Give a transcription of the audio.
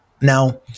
Now